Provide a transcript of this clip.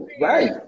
right